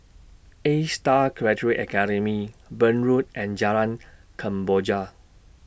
A STAR Graduate Academy Burn Road and Jalan Kemboja